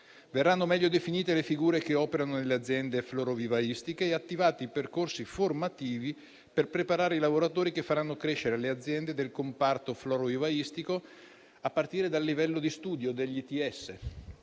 Verranno meglio definite le figure che operano nelle aziende florovivaistiche e attivati percorsi formativi per preparare i lavoratori che faranno crescere le aziende del comparto florovivaistico, a partire dal livello di studio degli